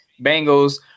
Bengals